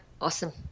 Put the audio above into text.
awesome